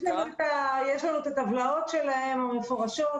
יש לנו את הטבלאות שלהם המפורשות.